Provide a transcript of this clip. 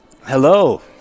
Hello